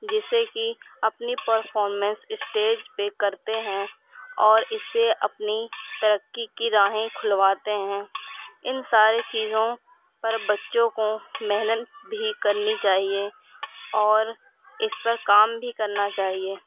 جس سے کہ اپنی پرفارمنس اسٹیج پہ کرتے ہیں اور اس سے اپنی ترقی کی راہیں کھلواتے ہیں ان سارے چیزوں پر بچوں کو محنت بھی کرنی چاہیے اور اس پر کام بھی کرنا چاہیے